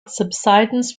subsidence